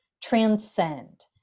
transcend